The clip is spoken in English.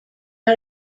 out